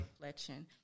reflection